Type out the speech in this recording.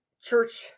church